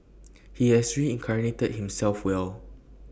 he has reincarnated himself well